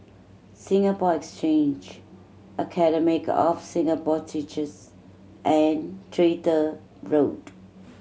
Singapore Exchange Academy of Singapore Teachers and Tractor Road